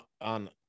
on